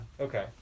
Okay